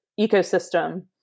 ecosystem